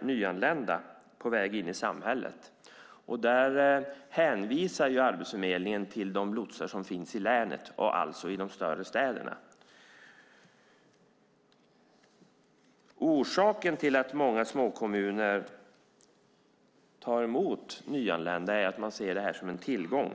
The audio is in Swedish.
nyanlända på väg in i samhället. Där hänvisar Arbetsförmedlingen till de lotsar som finns i länet, alltså i de större städerna. Orsaken till att många småkommuner tar emot nyanlända är att man ser det som en tillgång.